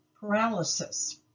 paralysis